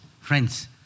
Friends